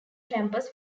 campus